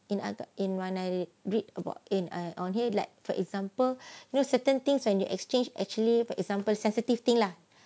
in other in one I read about in err on here like for example you know certain things when you exchange actually for example sensitive thing lah